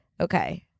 Okay